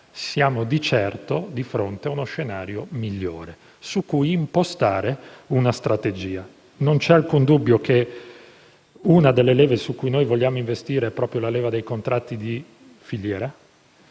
siamo certamente di fronte a uno scenario migliore, su cui impostare una strategia. Non c'è alcun dubbio che una delle leve su cui vogliamo investire è proprio quella dei contratti di filiera,